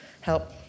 help